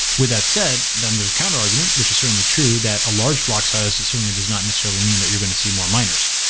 with that said, then, there's a counterargument, which is certainly true that a large block size certainly does not necessarily mean that you're going to see more miners,